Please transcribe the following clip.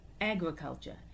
agriculture